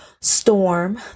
storm